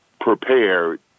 prepared